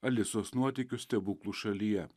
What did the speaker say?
alisos nuotykius stebuklų šalyje